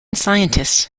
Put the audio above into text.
scientists